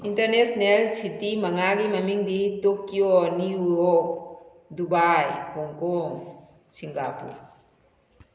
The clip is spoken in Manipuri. ꯏꯟꯇꯔꯅꯦꯁꯅꯦꯜ ꯁꯤꯇꯤ ꯃꯉꯥꯒꯤ ꯃꯃꯤꯡꯗꯤ Tokyo New York Dubai Hong Kong Singapore